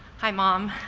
hi mom.